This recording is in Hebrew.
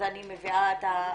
אז אני עוברת להצבעה,